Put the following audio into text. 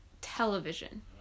television